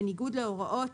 בניגוד להוראות